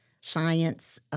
science